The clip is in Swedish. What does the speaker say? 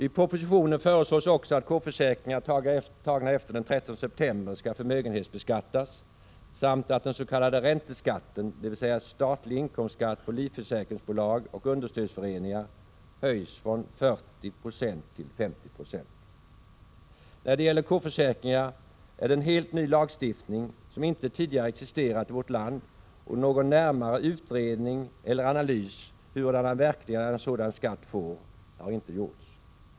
I propositionen föreslås också att K-försäkringar tagna efter den 13 september skall förmögenhetsbeskattas samt att den s.k. ränteskatten, dvs. statlig inkomstskatt på livförsäkringsbolag och understödsföreningar, höjs från 40 9> till 50 96. När det gäller K-försäkringar är det fråga om en helt ny lagstiftning som inte tidigare existerat i vårt land, och någon närmare utredning eller analys hurudana verkningar en sådan skatt får har inte gjorts.